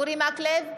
אורי מקלב,